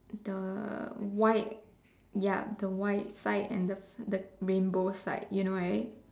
the white ya the white side and the the rainbow side you know it